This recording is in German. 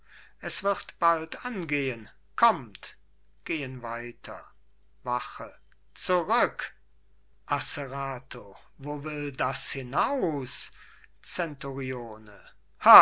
es wird bald angehen kommt gehen weiter wache zurück asserato wo will das hinaus zenturione